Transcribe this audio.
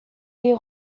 est